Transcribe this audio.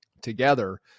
together